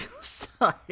sorry